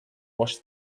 wash